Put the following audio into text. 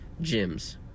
gyms